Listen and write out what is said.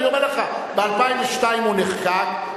אני אומר לך: ב-2002 הוא נחקק,